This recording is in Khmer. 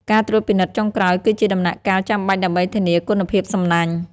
ការត្រួតពិនិត្យចុងក្រោយគឺជាដំណាក់កាលចាំបាច់ដើម្បីធានាគុណភាពសំណាញ់។